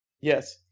Yes